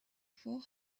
four